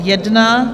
1.